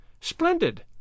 Splendid